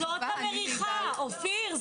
זאת המריחה, אופיר.